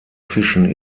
fischen